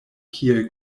kiel